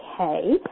okay